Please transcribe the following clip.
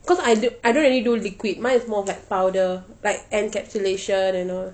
cause I do~ I don't really do liquid mine is more of like powder like and capsulation and all